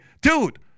dude